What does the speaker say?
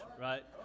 right